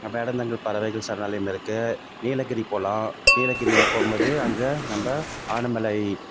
அப்புறம் வேடந்தாங்கல் பறவைகள் சரணாலயம் இருக்கு நீலகிரி போகலாம் நீலகிரியில போகும்போது அங்கே நம்ப ஆனைமலை